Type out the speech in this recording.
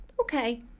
okay